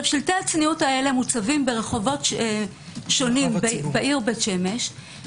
הם מוצבים ברחובות שונות בבית שמש,